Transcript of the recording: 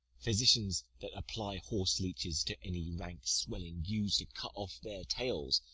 physicians that apply horse-leeches to any rank swelling use to cut off their tails,